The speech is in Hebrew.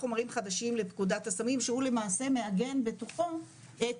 חומרים חדשים לפקודת הסמים שהוא למעשה מעגן בתוכו את